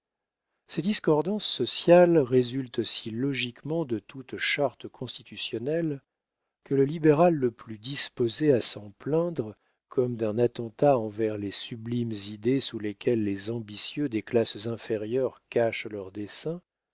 ces discordances sociales résultent si logiquement de toute charte constitutionnelle que le libéral le plus disposé à s'en plaindre comme d'un attentat envers les sublimes idées sous lesquelles les ambitieux des classes inférieures cachent leurs desseins